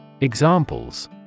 Examples